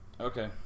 Okay